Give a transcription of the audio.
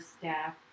staff